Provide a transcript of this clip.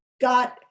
got